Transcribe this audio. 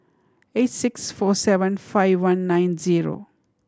eight six four seven five one nine zero